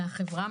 מן החברה,